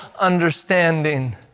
understanding